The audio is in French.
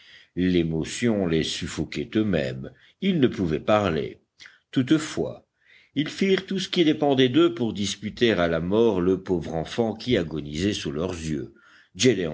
l'émotion les suffoquait eux-mêmes ils ne pouvaient parler toutefois ils firent tout ce qui dépendait d'eux pour disputer à la mort le pauvre enfant qui agonisait sous leurs yeux